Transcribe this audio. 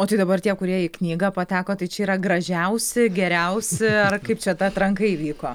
o tai dabar tie kurie į knygą pateko tai čia yra gražiausi geriausi ar kaip čia ta atranka įvyko